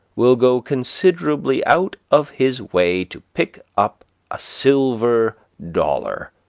will go considerably out of his way to pick up a silver dollar